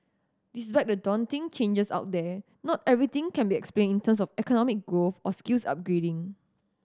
despite the daunting changes out there not everything can be explained in terms of economic growth or skills upgrading